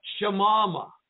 shamama